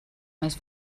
més